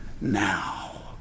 now